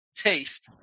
taste